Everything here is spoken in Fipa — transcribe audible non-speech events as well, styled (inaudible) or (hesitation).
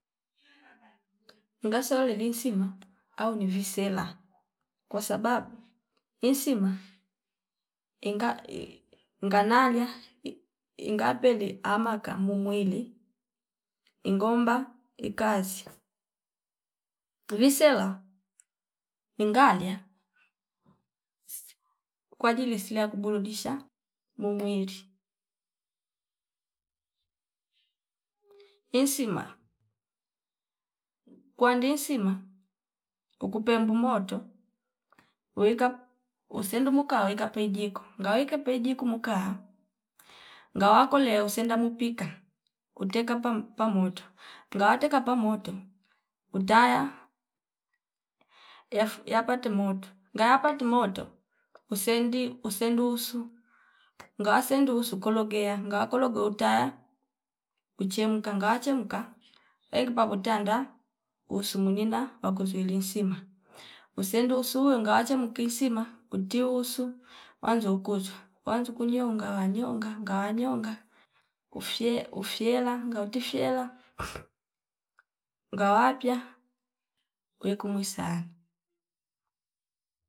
Ngaso oleli linsima au nivi sela kwasababu insima inga (hesitation) nganala (hesitation) ingapele ama kamu mwili ingomba ikazi visela ingalia kwajili silia ya kuburudisha mumwili. Insima kwandisima ukupembu moto wuika usindumuka waika paijiko ngawika peijuku muuka ngawa kole hosendaq muupuika kuteka pam pamoto ngawa teka pamoto utaya yafu yapate moto ngaya pate moto usendi usendusu ngawa sendusu ukologea ngawa kologo utaya uchemka ngaa chemka egba kotandanda usu mwinina wakuzwili nsima usendusu ngaacha mukinsima utiusu wanzo kunzwa wanzo kunyonga wanyonga nga nyonga ufye- ufyela ngauti fyela nga wapya we kumwi sane.